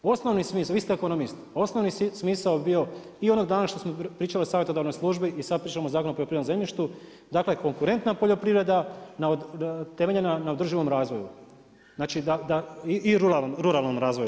Osnovni smisao, vi ste ekonomist, osnovni smisao bi bio i onog dana što smo pričali savjetodavnoj službi i sad pričamo o Zakonu o poljoprivrednom zemljištu, dakle konkurentna poljoprivreda temeljena na održivom razvoju i ruralnom razvoju.